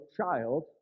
child